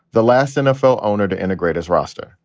the last nfl owner to integrate as roster.